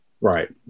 Right